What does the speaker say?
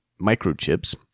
microchips